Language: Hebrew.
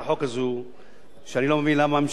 שאני לא מבין למה הממשלה שוב מתנגדת לה.